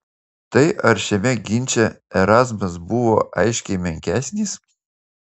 tai ar šiame ginče erazmas buvo aiškiai menkesnis